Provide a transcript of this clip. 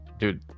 Dude